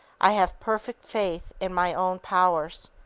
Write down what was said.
i have perfect faith in my own powers!